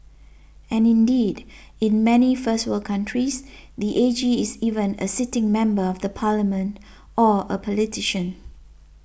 and indeed in many first world countries the A G is even a sitting member of the parliament or a politician